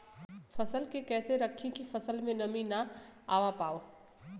फसल के कैसे रखे की फसल में नमी ना आवा पाव?